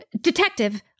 Detective